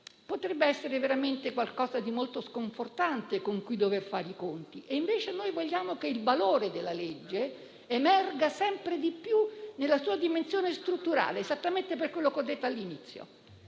potrebbe essere veramente qualcosa di molto sconfortante con cui dover fare i conti. E invece noi vogliamo che il valore della legge emerga sempre di più nella sua dimensione strutturale, esattamente per quello che ho detto all'inizio: